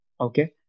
Okay